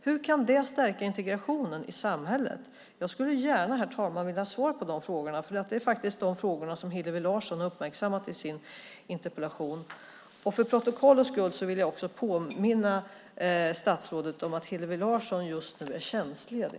Hur kan det stärka integrationen i samhället? Jag skulle gärna vilja ha svar på dessa frågor. Det är faktiskt de frågor som Hillevi Larsson har uppmärksammat i sin interpellation. För protokollets skull vill jag också påminna statsrådet om att Hillevi Larsson just nu är tjänstledig.